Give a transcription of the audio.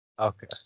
Okay